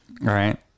right